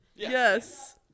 Yes